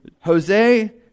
Jose